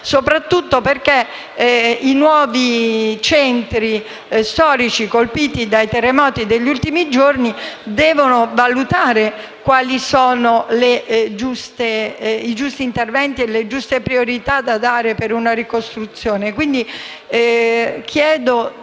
soprattutto perché per i nuovi centri storici colpiti dai terremoti degli ultimi giorni si devono valutare quali sono i giusti interventi e le giuste priorità da assegnare per la ricostruzione.